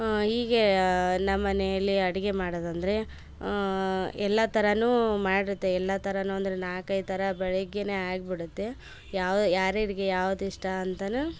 ಹೀಗೆ ನಮ್ಮನೆಯಲ್ಲಿ ಅಡಿಗೆ ಮಾಡೊದಂದರೆ ಎಲ್ಲ ಥರಾನು ಮಾಡುತ್ತೆ ಎಲ್ಲ ಥರಾನು ಅಂದರೆ ನಾಲ್ಕೈದು ಥರ ಬೆಳಗ್ಗೆನೆ ಆಗಿ ಬಿಡುತ್ತೆ ಯಾವ ಯಾರ್ಯಾರಿಗೆ ಯಾವ್ದಿಷ್ಟ ಅಂತನು